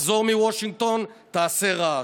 תחזור מוושינגטון, תעשה רעש,